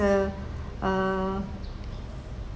err uh